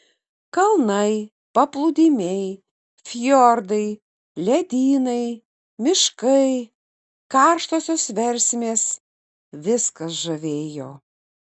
kalnai paplūdimiai fjordai ledynai miškai karštosios versmės viskas žavėjo